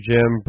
Jim